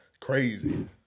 crazy